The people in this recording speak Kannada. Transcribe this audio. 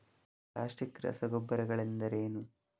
ಪ್ಲಾಸ್ಟಿಕ್ ರಸಗೊಬ್ಬರಗಳೆಂದರೇನು?